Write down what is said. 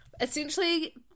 essentially